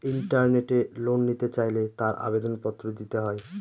ইন্টারনেটে লোন নিতে চাইলে তার আবেদন পত্র দিতে হয়